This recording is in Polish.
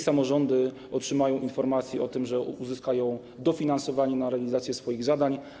Samorządy otrzymają informację o tym, że uzyskają dofinansowanie na realizację swoich zadań.